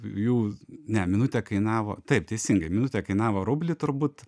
jų ne minutė kainavo taip teisingai minutė kainavo rublį turbūt